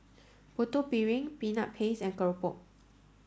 Putu Piring peanut paste and Keropok